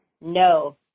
no